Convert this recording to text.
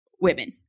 women